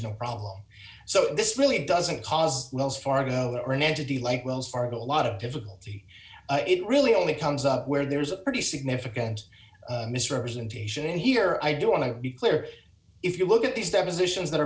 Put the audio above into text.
no problem so this really doesn't cause wells fargo or an entity like wells fargo a lot of difficulty it really only comes up where there's a pretty significant misrepresentation here i do want to be clear if you look at these depositions that are